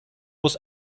was